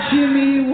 Jimmy